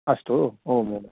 अस्तु ओं ओम्